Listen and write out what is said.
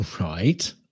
Right